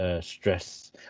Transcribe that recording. stress